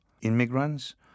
immigrants